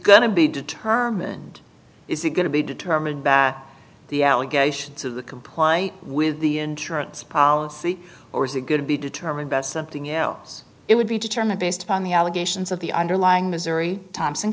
to be determined is it going to be determined by the allegations of the comply with the insurance policy or is it going to be determined best something else it would be determined based upon the allegations of the underlying missouri thompson